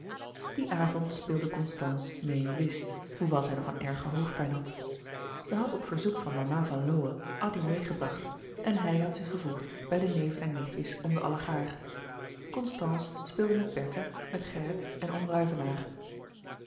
dien avond speelde constance meê whist hoewel zij nog een erge hoofdpijn had zij had op verzoek van mama van lowe addy meêgebracht en hij had zich gevoegd bij de neven en nichtjes om den allegaâr constance speelde met bertha met gerrit en